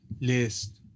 list